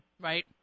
right